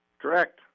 Correct